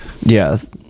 Yes